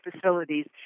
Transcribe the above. Facilities